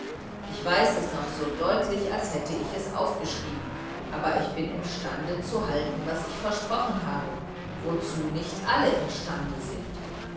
ich weiß es noch so deutlich als hätte ich es aufgeschrieben aber ich bin imstande zu halten was ich versprochen habe wozu nicht alle imstande sind